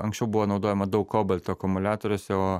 anksčiau buvo naudojama daug kobalto akumuliatoriuose o